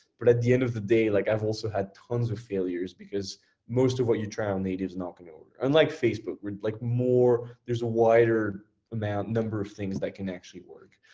but at the end of the day, like i've also had tons of failures, because most of what you try on native's not gonna work. unlike facebook where like more, there's a wider number of things that can actually work.